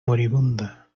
moribunda